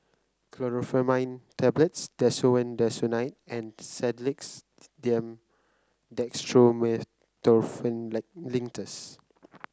Chlorpheniramine Tablets Desowen Desonide and Sedilix D M Dextromethorphan Linctus